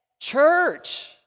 Church